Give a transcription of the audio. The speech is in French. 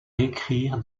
écrire